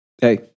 hey